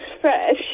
fresh